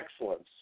excellence